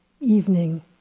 evening